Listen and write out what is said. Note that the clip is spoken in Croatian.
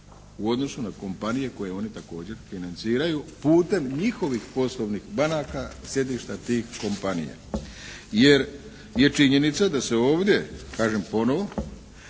u odnosu na kompanije koje one također financiraju putem njihovih poslovnih banaka, sjedišta tih kompanija. Jer je činjenica da se ovdje, kažem ponovo